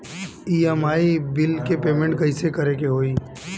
EMI bill के payment कइसे करे के होई?